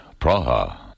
Praha